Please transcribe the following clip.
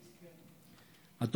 לצערי,